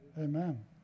Amen